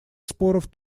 споров